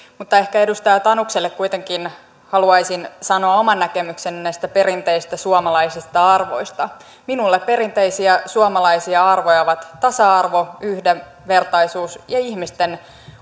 mutta ehkä edustaja tanukselle kuitenkin haluaisin sanoa oman näkemykseni näistä perinteisistä suomalaisista arvoista minulle perinteisiä suomalaisia arvoja ovat tasa arvo yhdenvertaisuus ja ihmisten